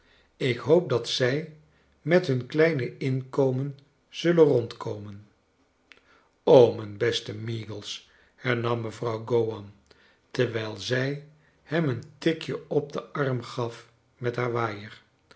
ik hoop dat zij met hun kleine inkomen zullen rondkomen mijn beste meagles hernam mevrouw go wan terwijl zij hem een tikje op den arm gaf met haar waaier